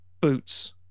boots